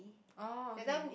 oh okay